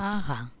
ஆஹா